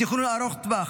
תכנון ארוך טווח,